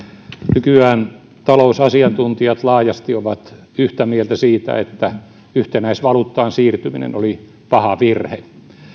nykyään talousasiantuntijat ovat laajasti yhtä mieltä siitä että yhtenäisvaluuttaan siirtyminen oli paha virhe